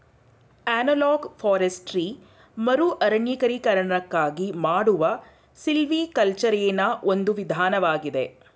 analog forestry ಮರುಅರಣ್ಯೀಕರಣಕ್ಕಾಗಿ ಮಾಡುವ ಸಿಲ್ವಿಕಲ್ಚರೆನಾ ಒಂದು ವಿಧಾನವಾಗಿದೆ